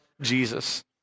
Jesus